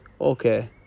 okay